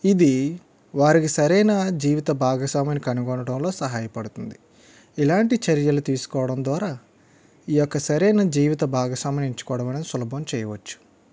ఇది వారికి సరియైన జీవిత భాగస్వామ కనుగొనడంలో సహాయపడుతుంది ఇలాంటి చర్యలు తీసుకోవడం ద్వారా ఈ యొక్క సరియైన జీవిత భాగస్వామిని ఎంచుకోవడం అనేది సులభం చేయవచ్చు